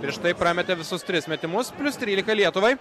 prieš tai prametė visus tris metimus plius trylika lietuvai